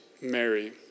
Mary